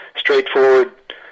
straightforward